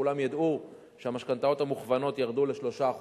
שכולם ידעו שהמשכנתאות המוכוונות ירדו ל-3%.